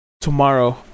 tomorrow